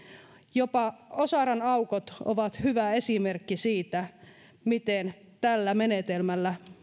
jopa osaran aukot ovat hyvä esimerkki siitä miten tällä menetelmällä